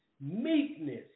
meekness